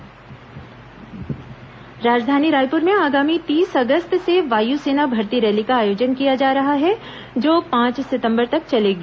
वायुसेना भर्ती रैली राजधानी रायपुर में आगामी तीस अगस्त से वायुसेना भर्ती रैली का आयोजन किया जा रहा है जो पांच सितंबर तक चलेगी